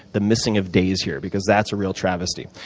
the missing of days here, because that's a real travesty.